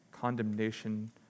condemnation